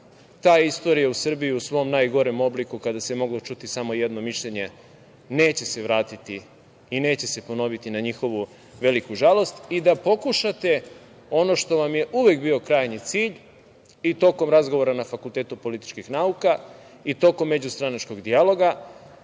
istorija u Srbiji u svom najgorem obliku, kada se moglo čuti samo jedno mišljenje neće se vratiti i neće se ponoviti na njihovu veliku žalost i da pokušate ono što vam je uvek bio krajnji cilj i tokom razgovora na Fakultetu političkih nauka i tokom međustranačkog dijaloga,